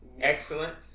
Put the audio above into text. Excellent